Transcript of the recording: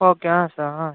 okay ಹಾಂ sir ಹಾಂ